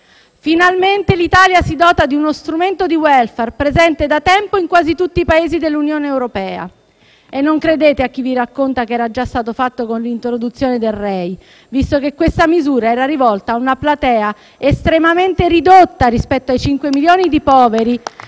Finalmente l'Italia si dota di uno strumento di *welfare* presente da tempo in quasi tutti i Paesi dell'Unione europea. E non credete a chi vi racconta che era già stato fatto con l'introduzione del Rei, visto che questa misura era rivolta a una platea estremamente ridotta rispetto ai 5 milioni di poveri